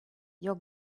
your